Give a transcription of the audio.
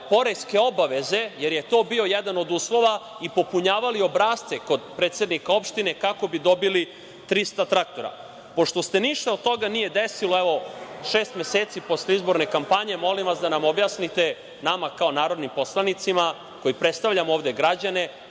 poreske obaveze, jer je to bio jedan od uslova i popunjavali obrasce kod predsednika opštine kako bi dobili 300 traktora. Pošto se ništa od toga nije desilo, evo šest meseci posle izborne kampanje, molim vas da nam objasnite nama kao narodnim poslanicima koji predstavljamo ovde građane,